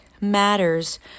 matters